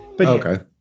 Okay